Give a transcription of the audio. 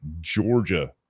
Georgia